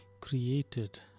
created